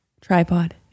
tripod